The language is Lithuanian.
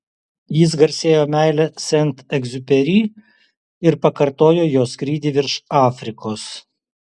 jis garsėjo meile sent egziuperi ir pakartojo jo skrydį virš afrikos